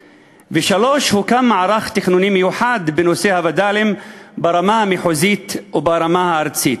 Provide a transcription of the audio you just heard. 3. הוקם מערך תכנוני מיוחד בנושא הווד"לים ברמה המחוזית וברמה הארצית.